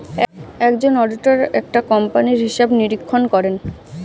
একজন অডিটর একটা কোম্পানির হিসাব নিরীক্ষণ করেন